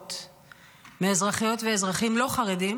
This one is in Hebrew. לצפות מאזרחיות ואזרחים לא חרדים